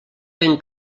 ben